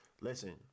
Listen